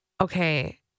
Okay